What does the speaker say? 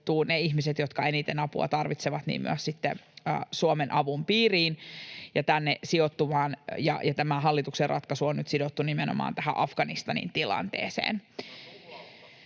ne ihmiset, jotka eniten apua tarvitsevat, myös sitten Suomen avun piiriin ja tänne sijoittumaan. Ja tämä hallituksen ratkaisu on nyt sidottu nimenomaan tähän Afganistanin tilanteeseen.